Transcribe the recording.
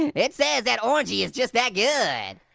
it says, that orangy is just that good.